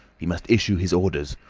he must issue his orders.